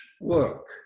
work